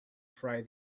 fry